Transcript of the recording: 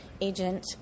agent